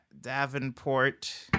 Davenport